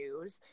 news